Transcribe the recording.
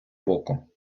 боку